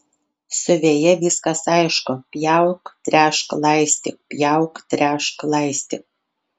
su veja viskas aišku pjauk tręšk laistyk pjauk tręšk laistyk